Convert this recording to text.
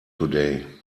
today